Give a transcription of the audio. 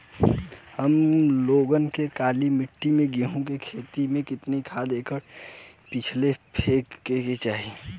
हम लोग के काली मिट्टी में गेहूँ के खेती में कितना खाद एकड़ पीछे फेके के चाही?